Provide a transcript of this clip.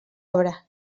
obra